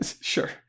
Sure